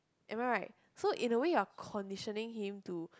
am I right so in a way you are conditioning him to